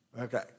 Okay